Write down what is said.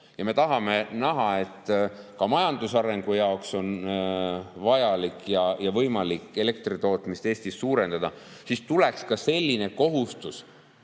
ja tahame näha, et ka majandusarengu jaoks on vajalik ja võimalik elektritootmist Eestis suurendada, siis tuleks selline kohustus